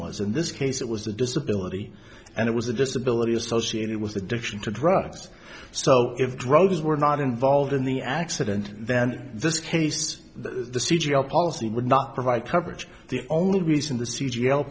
was in this case it was a disability and it was a disability associated with addiction to drugs so if drugs were not involved in the accident then this case the c g our policy would not provide coverage the only reason t